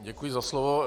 Děkuji za slovo.